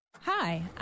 Hi